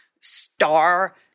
star